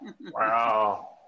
wow